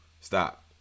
Stop